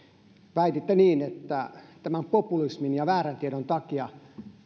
väititte että populismin ja väärän tiedon takia